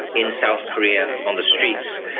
in south korea on the streets.